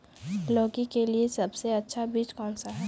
लौकी के लिए सबसे अच्छा बीज कौन सा है?